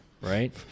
right